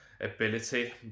ability